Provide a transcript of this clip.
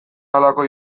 halako